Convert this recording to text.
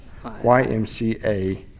YMCA